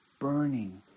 burning